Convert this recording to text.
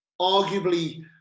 arguably